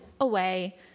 away